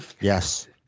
Yes